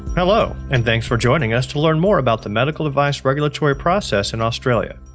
hello and thanks for joining us to learn more about the medical device regulatory process in australia.